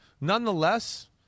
nonetheless